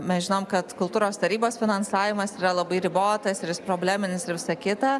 mes žinom kad kultūros tarybos finansavimas yra labai ribotas ir jis probleminis ir visa kita